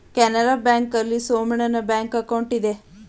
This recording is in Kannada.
ಕೆನರಾ ಬ್ಯಾಂಕ್ ಆಲ್ಲಿ ಸೋಮಣ್ಣನ ಬ್ಯಾಂಕ್ ಅಕೌಂಟ್ ಇದೆ